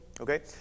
okay